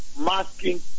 masking